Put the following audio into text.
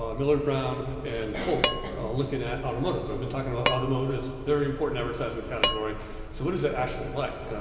ah millward brown and polk looking at automotive. we've ah been talking about automotive, a very important advertising category. so what is that actually like?